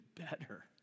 better